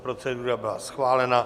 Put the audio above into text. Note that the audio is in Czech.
Procedura byla schválena.